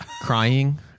crying